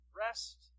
rest